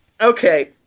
Okay